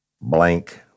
Blank